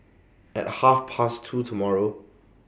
At Half Past two tomorrow